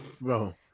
Bro